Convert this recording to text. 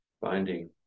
finding